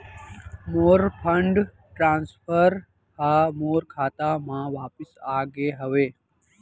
मोर fund transfer हा मोर खाता मा वापिस आ गे हवे